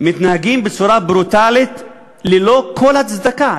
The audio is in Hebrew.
מתנהגים בצורה ברוטלית ללא כל הצדקה,